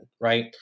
right